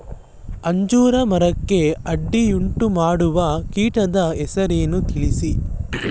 ಅಂಜೂರ ಮರಕ್ಕೆ ಅಡ್ಡಿಯುಂಟುಮಾಡುವ ಕೀಟದ ಹೆಸರನ್ನು ತಿಳಿಸಿ?